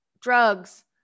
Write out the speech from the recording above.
drugs